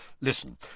Listen